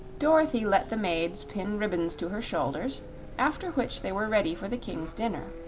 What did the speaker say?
dorothy let the maids pin ribbons to her shoulders after which they were ready for the king's dinner.